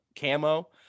camo